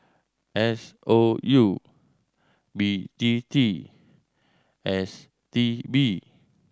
S O U B T T and S T B